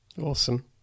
Awesome